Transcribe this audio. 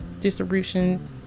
distribution